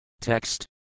Text